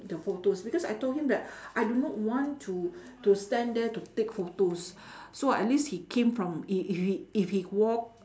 the photos because I told him that I do not want to to stand there to take photos so at least he came from he if he if he walked